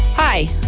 Hi